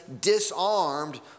disarmed